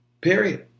Period